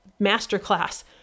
masterclass